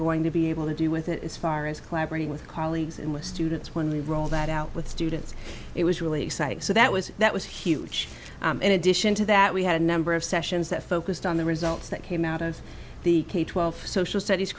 going to be able to do with it as far as collaborating with colleagues and with students when we roll that out with students it was really exciting so that was that was huge in addition to that we had a number of sessions that focused on the results that came out of the k twelve social studies